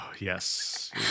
Yes